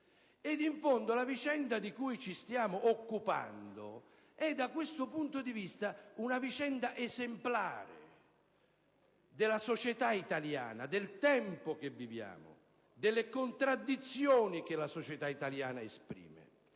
Ed in fondo la vicenda di cui ci stiamo occupando è da questo punto di vista una vicenda esemplare della società italiana, del tempo che viviamo, delle contraddizioni che la società italiana esprime.